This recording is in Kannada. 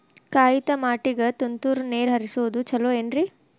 ಕಾಯಿತಮಾಟಿಗ ತುಂತುರ್ ನೇರ್ ಹರಿಸೋದು ಛಲೋ ಏನ್ರಿ?